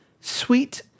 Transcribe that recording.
sweet